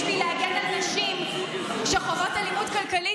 בשביל להגן על נשים שחוות אלימות כלכלית,